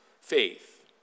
faith